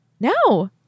No